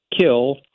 kill